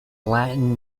latin